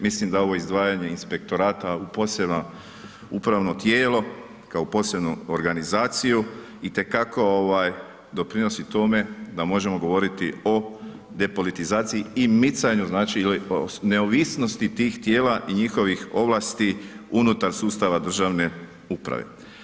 Mislim da ovo izdvajanje inspektorata u posebno upravno tijelo, kao u posebnu organizaciju i te kako doprinosi tome da možemo govoriti o depolitizaciji i micanju znači neovisnosti tih tijela i njihovih ovlasti unutar sustava državne uprave.